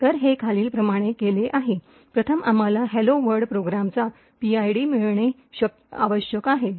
तर हे खालीलप्रमाणे केले आहे प्रथम आम्हाला हॅलो वर्ल्ड प्रोग्रामचा पीआयडी मिळविणे आवश्यक आहे